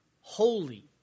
holy